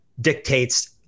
dictates